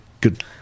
good